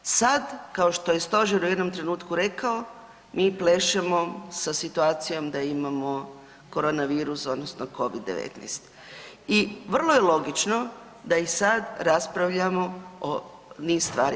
Sada kao što je stožer u jednom trenutku rekao, mi plešemo sa situacijom da imamo korona virus odnosno covid-19 i vrlo je logično da i sada raspravljamo o niz stvari.